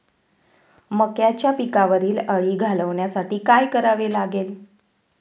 मक्याच्या पिकावरील अळी घालवण्यासाठी काय करावे लागेल?